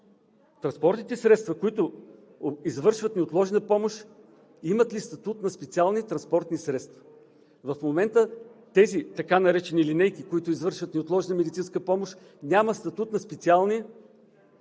Транспортните средства, които извършват неотложна помощ, имат ли статут на специални транспортни средства? В момента тези така наречени линейки, които извършват неотложна медицинска помощ, нямат статут на специални